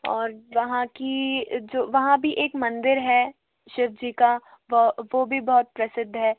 और वहाँ की जो वहाँ भी एक मंदिर है शिव जी का वह वो भी बहुत प्रसिद्ध है